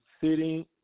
sitting